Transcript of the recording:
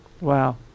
Wow